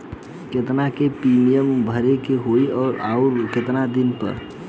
केतना के प्रीमियम भरे के होई और आऊर केतना दिन पर?